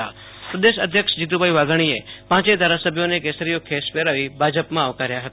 જયાં ભાજપ પ્રદેશ અધ્યક્ષ જીતુભાઈ વાઘાણીએ પાંચેય ધારાસભ્યોને કેસરીયો ખેસ પહેરાવી ભાજપમાં આવકાર્યા હતા